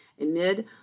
amid